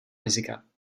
rizika